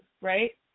right